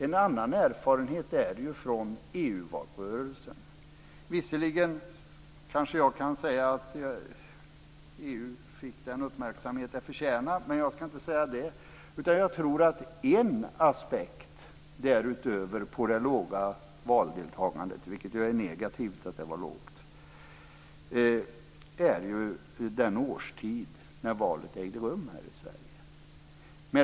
En annan erfarenhet är från EU valrörelsen. Visserligen kanske jag kan säga att EU fick den uppmärksamhet den förtjänar, men jag ska inte säga det. En aspekt därutöver på det låga valdeltagandet, vilket ju är negativt, är den årstid när valet ägde rum här i Sverige.